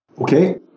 Okay